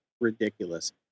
ridiculous